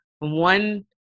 One